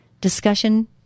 Discussion